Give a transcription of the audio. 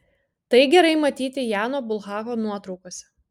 tai gerai matyti jano bulhako nuotraukose